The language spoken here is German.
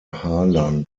harlan